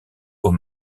aux